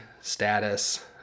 status